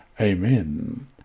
Amen